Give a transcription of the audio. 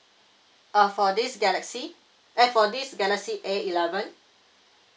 orh for this galaxy eh for this galaxy A eleven